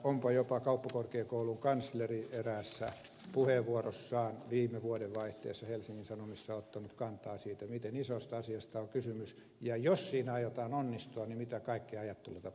onpa jopa kauppakorkeakoulun kansleri eräässä puheenvuorossaan viime vuodenvaihteessa helsingin sanomissa ottanut kantaa siihen miten isosta asiasta on kysymys ja jos siinä aiotaan onnistua mitä kaikkia ajattelutapoja pitäisi muuttaa